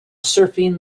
surfing